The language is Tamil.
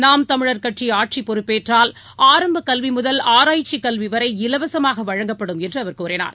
நாம் தமிழர் கட்சிஆட்சிப்பொறுப்பேற்றால் ஆரம்பகல்விமுதல் ஆராய்ச்சிக் கல்விவரை இலவசமாகவழங்கப்படும் என்றுகூறினார்